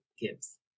gives